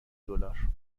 دلار